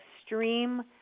extreme